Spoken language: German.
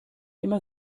immer